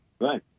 Right